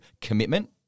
commitment